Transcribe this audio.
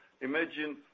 Imagine